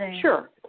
Sure